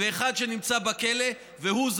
אחד שנמצא בכלא והוא,